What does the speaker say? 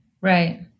Right